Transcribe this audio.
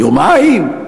יומיים?